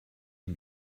him